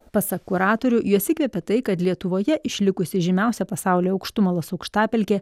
pasak kuratorių juos įkvepia tai kad lietuvoje išlikusi žymiausia pasauly aukštumalos aukštapelkė